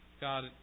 God